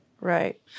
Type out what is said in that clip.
Right